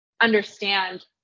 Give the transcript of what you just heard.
understand